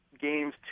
Games